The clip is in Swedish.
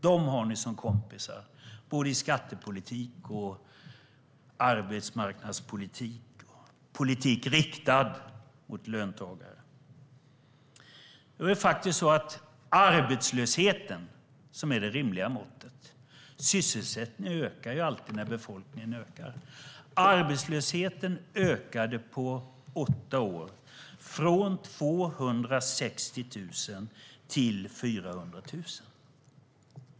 Dem har ni som kompisar i både skattepolitik och arbetsmarknadspolitik, i politik riktad mot löntagare. Det var faktiskt så att arbetslösheten - som är det rimliga måttet; sysselsättningen ökar ju alltid när befolkningen ökar - på åtta år ökade från 260 000 till 400 000.